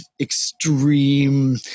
extreme